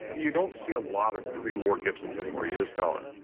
you don't see a lot of pre-war gibsons anymore. you just don't.